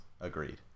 agreed